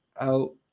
out